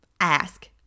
ask